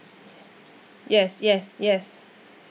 yes yes yes